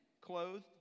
clothed